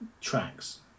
tracks